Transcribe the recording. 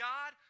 God